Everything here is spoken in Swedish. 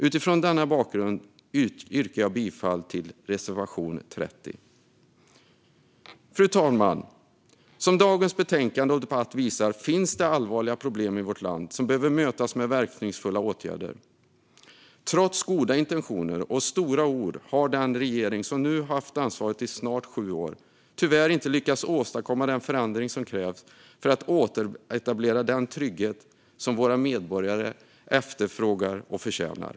Utifrån denna bakgrund yrkar jag bifall till reservation 30. Fru talman! Som dagens betänkande och debatt visar finns det allvarliga problem i vårt land som behöver mötas med verkningsfulla åtgärder. Trots goda intentioner och stora ord har den regering som nu haft ansvaret i snart sju år tyvärr inte lyckats åstadkomma den förändring som krävs för att återetablera den trygghet som våra medborgare efterfrågar och förtjänar.